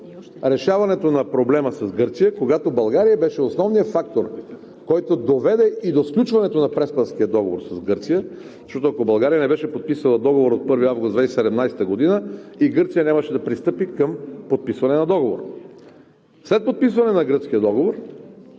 решаването на проблема с Гърция, когато България беше основният фактор, който доведе и до сключването на Преспанския договор с Гърция, защото, ако България не беше подписала Договора от 1 август 2017 г., и Гърция нямаше да пристъпи към подписване на Договора. След подписване на Гръцкия договор